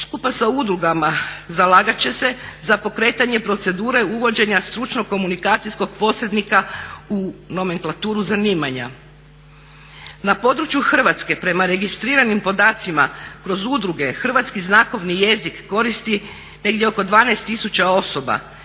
skupa sa udrugama zalagat će se za pokretanje procedure uvođenja stručno komunikacijskog posrednika u nomenklaturu zanimanja. Na području Hrvatske prema registriranim podacima kroz udruge hrvatski znakovni jezik koristi negdje oko 12 tisuća osoba.